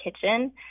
kitchen